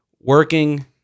working